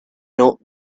not